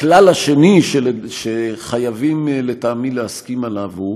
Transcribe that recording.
הכלל השני שחייבים לטעמי להסכים עליו הוא